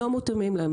לא מותאמים להם.